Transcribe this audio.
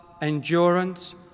endurance